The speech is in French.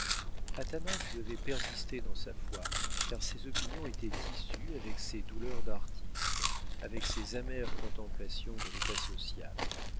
athanase devait persister dans sa foi car ses opinions étaient tissues avec ses douleurs d'artiste avec ses amères contemplations de l'état social